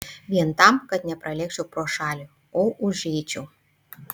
vien tam kad nepralėkčiau pro šalį o užeičiau